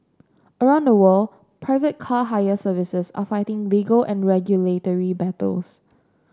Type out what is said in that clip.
around the world private car hire services are fighting legal and regulatory battles